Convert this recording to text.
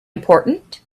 important